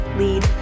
lead